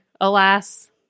alas